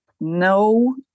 No